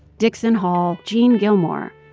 dickson hall, jean gilmore,